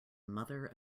mother